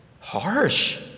Harsh